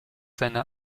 seiner